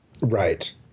Right